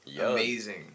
Amazing